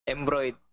Embroid